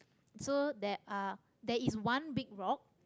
so there are there is one big rock